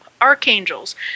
archangels